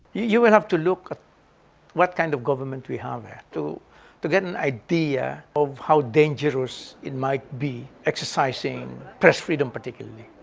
you will have to look at what kind of government we have to to get an idea of how dangerous it might be, exercising press freedom particularly.